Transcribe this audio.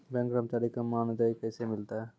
Bank कर्मचारी का मानदेय कैसे मिलता हैं?